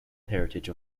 heritage